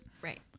right